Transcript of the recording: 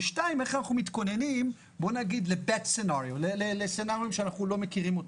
ואיך אנחנו מתכוננים לסצנריו שאנחנו לא מכירים.